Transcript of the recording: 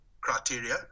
Criteria